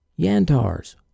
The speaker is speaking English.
Yantars